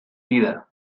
vida